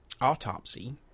autopsy